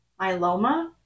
myeloma